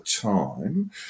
time